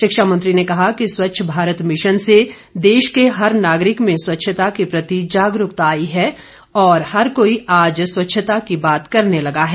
शिक्षा मंत्री ने कहा कि स्वच्छ भारत मिशन से देश के हर नागरिक में स्वच्छता के प्रति जागरूकता आई है और हर कोई आज स्वच्छता की बात करने लगा है